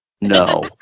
No